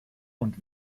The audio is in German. und